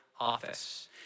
office